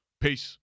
Peace